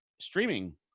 streaming